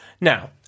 Now